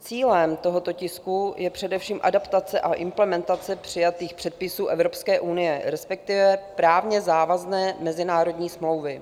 Cílem tohoto tisku je především adaptace a implementace přijatých předpisů Evropské unie, respektive právně závazné mezinárodní smlouvy.